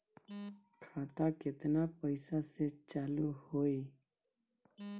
खाता केतना पैसा से चालु होई?